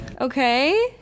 okay